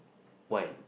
why